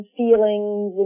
feelings